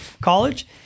college